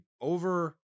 over